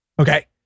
Okay